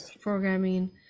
programming